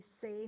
safe